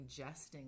ingesting